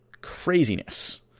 Craziness